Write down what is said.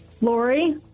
Lori